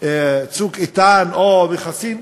"צוק איתן", או מכסים?